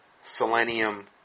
selenium